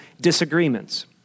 disagreements